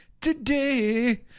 today